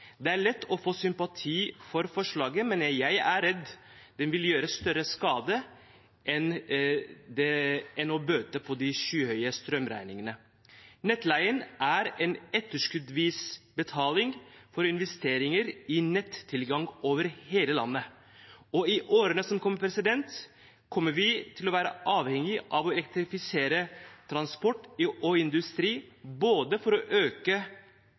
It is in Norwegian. Det er lett å få sympati for forslaget, men jeg er redd det vil gjøre større skade enn det vil bøte på de skyhøye strømregningene. Nettleien er en etterskuddsvis betaling for investeringer i nettilgang over hele landet, og i årene som kommer, vil vi være avhengig av å elektrifisere transport og industri, både for å øke